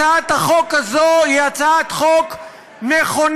הצעת החוק הזאת היא הצעת חוק נכונה,